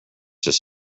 his